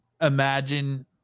imagine